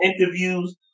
interviews